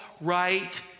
right